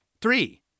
three